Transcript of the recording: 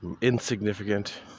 insignificant